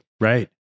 right